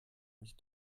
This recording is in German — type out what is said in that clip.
mich